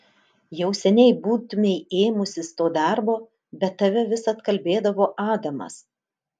jau seniai būtumei ėmusis to darbo bet tave vis atkalbėdavo adamas